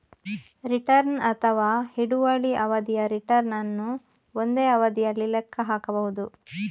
return ಅಥವಾ ಹಿಡುವಳಿ ಅವಧಿಯ ರಿಟರ್ನ್ ಅನ್ನು ಒಂದೇ ಅವಧಿಯಲ್ಲಿ ಲೆಕ್ಕ ಹಾಕಬಹುದು